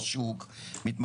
אני רוצה